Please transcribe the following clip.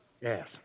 Yes